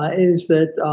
ah is that